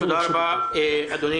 תודה רבה אדוני